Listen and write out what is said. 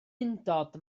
undod